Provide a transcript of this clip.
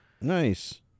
Nice